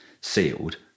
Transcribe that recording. sealed